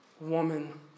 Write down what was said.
woman